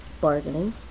bargaining